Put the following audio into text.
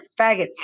faggots